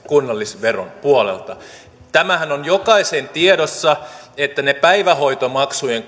kunnallisveron puolelta tämähän on jokaisen tiedossa että kun niitä päivähoitomaksujen